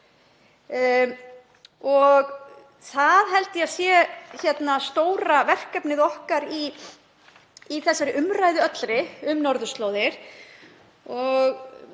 Það held ég að sé stóra verkefnið okkar í allri umræðu um norðurslóðir.